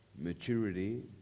Maturity